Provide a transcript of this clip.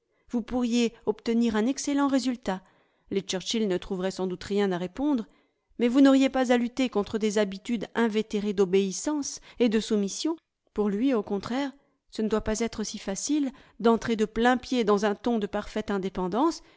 vous pourriez obtenir un excellent résultat les churchill ne trouveraient sans doute rien à répondre mais vous vous n'auriez pas à lutter contre des habitudes invétérées d'obéissance et de soumission pour lui au contraire ce ne doit pas être si facile d'entrer de plain pied dans un ton de parfaite indépendance